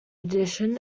addition